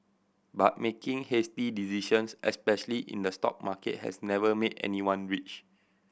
but making hasty decisions especially in the stock market has never made anyone rich